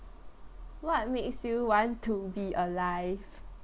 what makes you want to be alive